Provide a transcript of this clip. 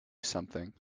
something